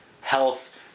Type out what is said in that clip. health